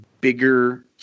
bigger